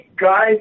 guys